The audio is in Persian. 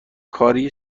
کاری